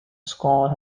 scott